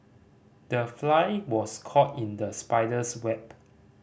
the fly was caught in the spider's web